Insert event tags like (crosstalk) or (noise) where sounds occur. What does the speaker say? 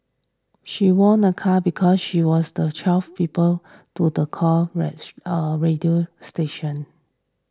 she won a car because she was the twelfth people to the call (unintelligible) a radio station